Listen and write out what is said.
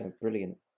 brilliant